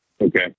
okay